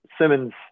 Simmons